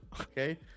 okay